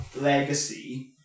legacy